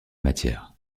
matière